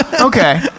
Okay